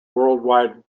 worldwide